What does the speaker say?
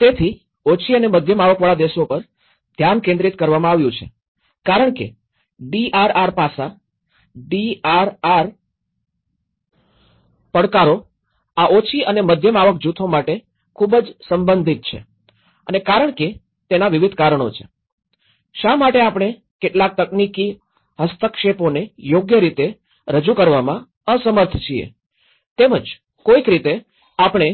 તેથી ઓછી અને મધ્યમ આવકવાળા દેશો પર ધ્યાન કેન્દ્રિત કરવામાં આવ્યું છે કારણ કે ડીઆરઆર પાસા ડીઆરઆરમાં પડકારો આ ઓછી અને મધ્યમ આવક જૂથો માટે ખૂબ જ સંબંધિત છે અને કારણ કે તેના વિવિધ કારણો છે શા માટે આપણે કેટલાક તકનીકી હસ્તક્ષેપોને યોગ્ય રીતે રજૂ કરવામાં અસમર્થ છીએ તેમ જ કોઈક રીતે આપણે